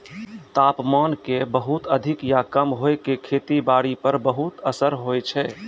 तापमान के बहुत अधिक या कम होय के खेती बारी पर बहुत असर होय छै